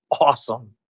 awesome